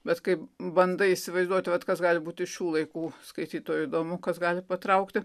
bet kai bandai įsivaizduoti vat kas gali būti šių laikų skaitytojui įdomu kas gali patraukti